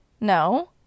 No